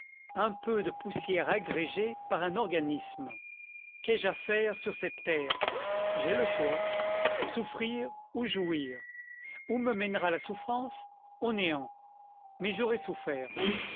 un peu de poussière agrégée par un organisme qu'ai-je à faire sur cette terre j'ai le choix souffrir ou jouir où me mènera la souffrance au néant mais j'aurai souffert